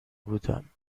بودم